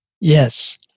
Yes